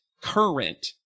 current